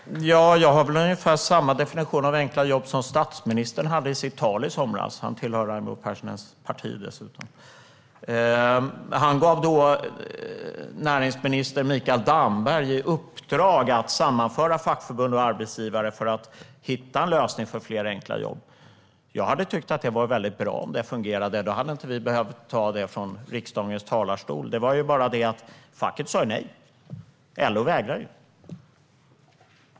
Herr talman! Jag har ungefär samma definition av enkla jobb som statsministern hade i sitt tal i somras, och han tillhör dessutom Raimo Pärssinens parti. Han gav då näringsminister Mikael Damberg i uppdrag att sammanföra fackförbund och arbetsgivare för att hitta en lösning för fler enkla jobb. Jag hade tyckt att det hade varit bra om det fungerade - då hade vi inte behövt ta upp det i riksdagens talarstol. Men det var bara det att facket sa nej. LO vägrade.